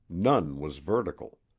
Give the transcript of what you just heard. none was vertical.